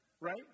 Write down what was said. right